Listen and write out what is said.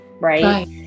right